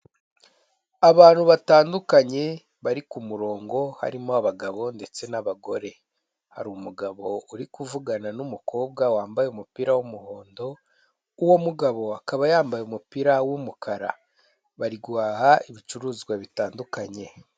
Abantu batandukanye bari ku murongo, harimo abagabo ndetse n'abagore, hari umugabo uri kuvugana n'umukobwa wambaye umupira w'umuhondo, uwo mugabo akaba yambaye umupira w'umukara. Bari guhaha ibicuruzwa bitandukanye.